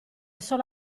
solo